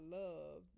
love